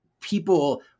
people